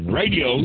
radio